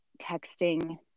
texting